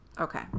Okay